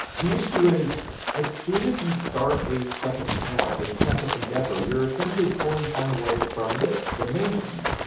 the issue is as soon as you start a second channel, a second endeavor, you're essentially pulling time away from this, the main channel.